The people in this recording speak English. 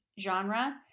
genre